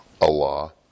Allah